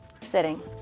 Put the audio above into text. sitting